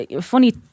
funny